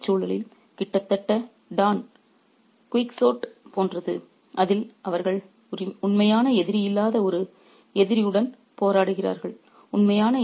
இது இந்திய சூழலில் கிட்டத்தட்ட டான் குயிக்சோட் போன்றது அதில் அவர்கள் உண்மையான எதிரி இல்லாத ஒரு எதிரியுடன் போராடுகிறார்கள்